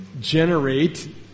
generate